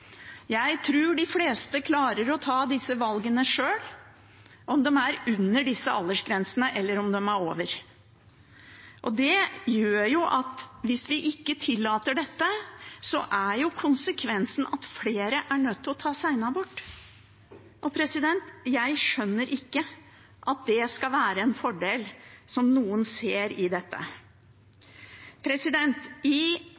Jeg tror de fleste klarer å ta disse valgene sjøl, om de er under disse aldersgrensene, eller om de er over. Hvis vi ikke tillater dette, er jo konsekvensen at flere er nødt til å ta senabort. Jeg skjønner ikke at noen ser at det skal være en fordel. I 1915 sa Katti Anker Møller, en av mine store forbilder, i